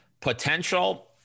potential